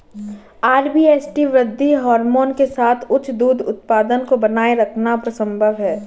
RBST वृद्धि hormone के साथ उच्च दूध उत्पादन को बनाए रखना संभव है